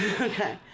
Okay